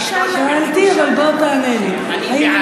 שאלתי, אבל בוא תענה לי.